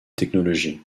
technologies